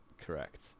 Correct